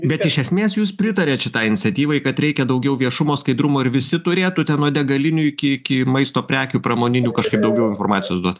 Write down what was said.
bet iš esmės jūs pritariat šitai iniciatyvai kad reikia daugiau viešumo skaidrumo ir visi turėtų ten nuo degalinių iki iki maisto prekių pramoninių kažkaip daugiau informacijos duot